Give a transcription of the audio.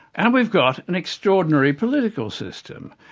and we've got an extraordinary political system.